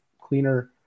cleaner